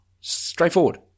Straightforward